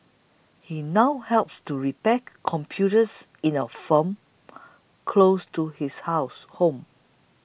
he now helps to repair computers in a firm close to his house